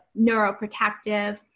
neuroprotective